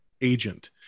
agent